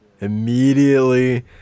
immediately